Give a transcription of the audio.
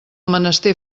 menester